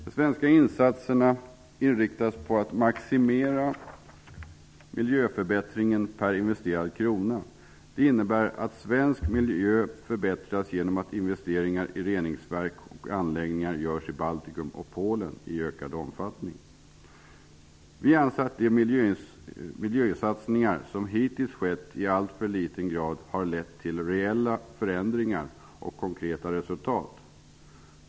De svenska insatserna inriktas på att maximera miljöförbättringen per investerad krona. Det innebär att svensk miljö förbättras genom att investeringar i reningsverk och anläggningar i Baltikum och Polen görs i ökad omfattning. Vi anser att de miljösatsningar som hittills gjorts har lett till reella förändringar och konkreta resultat i alltför liten grad.